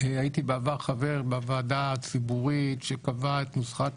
הייתי חבר בוועדה הציבורית שקבעה את נוסחת